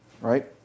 Right